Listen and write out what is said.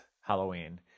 Halloween